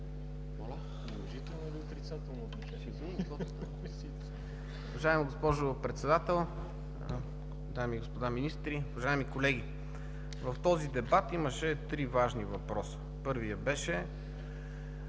Уважаема госпожо Председател, дами и господа министри, уважаеми колеги! В този дебат имаше три важни въпроса. Първият беше: